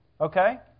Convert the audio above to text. Okay